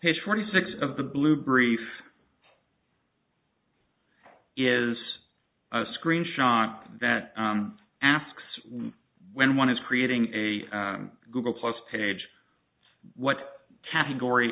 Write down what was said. page forty six of the blue brief is a screenshot that asks when one is creating a google plus page what category